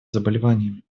заболеваниями